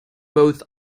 both